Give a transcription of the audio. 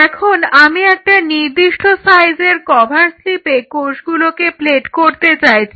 এখন আমি একটা নির্দিষ্ট সাইজের কভার স্লিপে কোষগুলোকে প্লেট করতে চাইছি